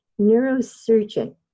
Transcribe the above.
neurosurgeon